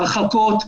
הרחקות,